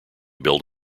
build